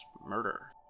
murder